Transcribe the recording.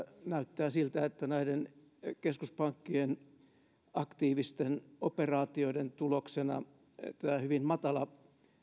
näyttää siltä että näiden keskuspankkien aktiivisten operaatioiden tuloksena tämä hyvin matala